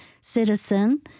citizen